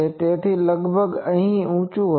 તેથી તે લગભગ અહીં ઊચું હશે